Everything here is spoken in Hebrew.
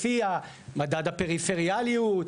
לפי מדד הפריפריאליות,